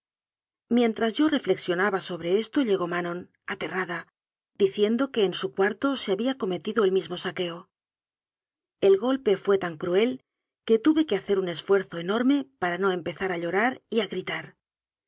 mientras yo reflexionaba sobre esto llegó manon aterrada diciendo que en su cuarto se había cometido el mismo saqueo el golpe fué tan cruel que tuve que hacer un esfuerzo enorme para no empezar a llorar y a gritar